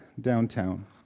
downtown